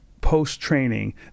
post-training